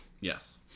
Yes